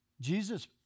Jesus